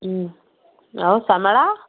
ହୁଁ ଆଉ ସାମଳା